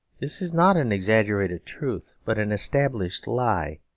this is not an exaggerated truth, but an established lie.